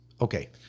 okay